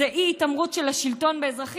זה אי-התעמרות של השלטון באזרחים,